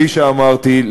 כפי שאמרתי,